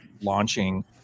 launching